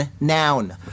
noun